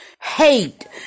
hate